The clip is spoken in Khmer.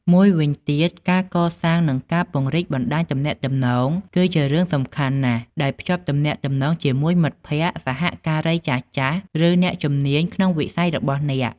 មួយវិញទៀត ការកសាងនិងពង្រីកបណ្ដាញទំនាក់ទំនង គឺជារឿងសំខាន់ណាស់ ដោយភ្ជាប់ទំនាក់ទំនងជាមួយមិត្តភក្តិ សហការីចាស់ៗ ឬអ្នកជំនាញក្នុងវិស័យរបស់អ្នក។